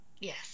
Yes